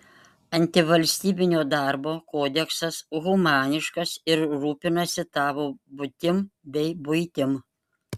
antivalstybinio darbo kodeksas humaniškas ir rūpinasi tavo būtim bei buitim